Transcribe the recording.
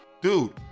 Dude